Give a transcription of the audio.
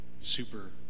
super